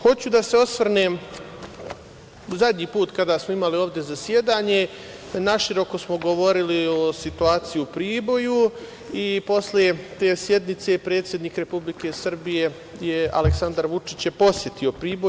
Hoću da se osvrnem, zadnji put kada smo imali ovde zasedanje, naširoko smo govorili o situaciji u Priboju i posle te sednice predsednik Republike, Aleksandar Vučić, je posetio Priboj.